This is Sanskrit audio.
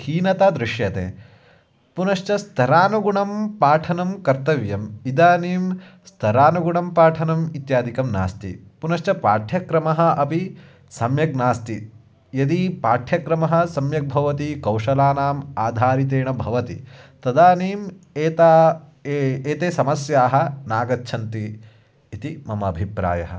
हीनता दृश्यते पुनश्च स्तरानुगुणं पाठनं कर्तव्यम् इदानीं स्तरानुगुणं पाठनम् इत्यादिकं नास्ति पुनश्च पाठ्यक्रमः अपि सम्यक् नास्ति यदि पाठ्यक्रमः सम्यक् भवति कौशलानाम् आधारितेन भवति तदानीम् एताः ए एताः समस्याः नागच्छन्ति इति मम अभिप्रायः